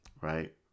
Right